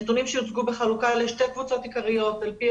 נתונים שהוצגו בחלוקה לשתי קבוצות על פי